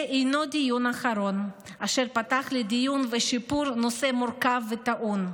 זה אינו דיון אחרון אשר פתח לדיון ושיפור נושא מורכב וטעון.